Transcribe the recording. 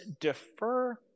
defer